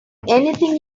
anything